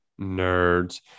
nerds